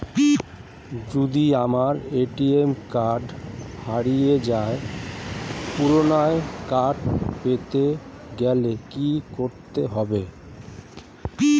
যদি আমার ATM card হারিয়ে যায় পুনরায় কার্ড পেতে গেলে কি করতে হবে?